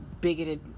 bigoted